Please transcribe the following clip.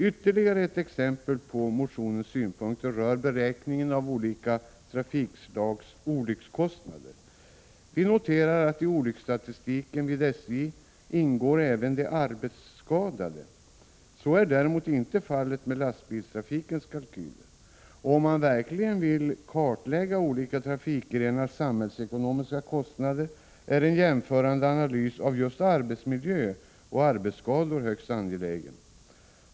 Ytterligare ett exempel på synpunkter i motionen rör beräkningen av olika trafikslags olyckskostnader. Vi noterar att i olycksstatistiken vid SJ även ingår de arbetsskadade. Så är däremot inte fallet med lastbilstrafikens kalkyler. Om man verkligen vill kartlägga olika trafikgrenars samhällsekonomiska kostnader är en jämförande analys av just arbetsmiljö och arbetsskador högst angelägen.